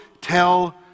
tell